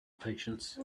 patience